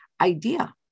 idea